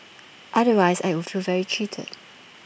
otherwise I would feel very cheated